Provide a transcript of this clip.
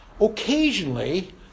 Occasionally